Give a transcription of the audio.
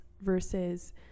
versus